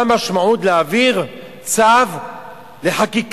אתה יודע מה המשמעות של להעביר צו לחקיקה?